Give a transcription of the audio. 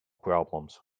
problems